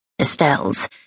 Estelle's